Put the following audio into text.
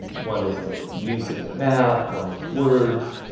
one is like music and math one is words,